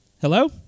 Hello